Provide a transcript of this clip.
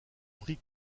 pris